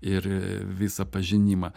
ir visą pažinimą